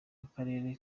akarere